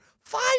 Five